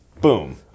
boom